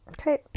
Okay